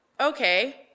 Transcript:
okay